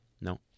No